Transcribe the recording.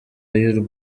y’u